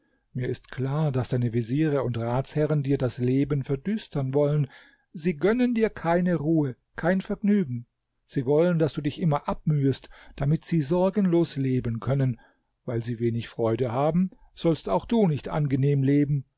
mir ist klar daß deine veziere und ratsherren dir das leben verdüstern wollen sie gönnen dir keine ruhe kein vergnügen sie wollen daß du dich immer abmühest damit sie sorgenlos leben können weil sie wenig freude haben sollst auch du nicht angenehm leben